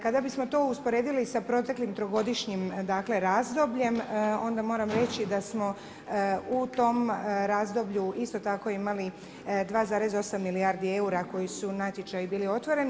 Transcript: Kada bismo to usporedili sa proteklim trogodišnjim dakle razdobljem onda moram reći da smo u tom razdoblju isto tako imali 2,8 milijardi eura koji su natječaji bili otvoreni.